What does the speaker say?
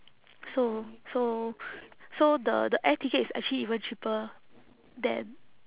so so so the the air ticket is actually even cheaper than